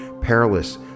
perilous